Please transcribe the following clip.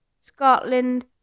Scotland